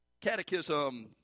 Catechism